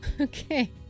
Okay